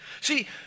See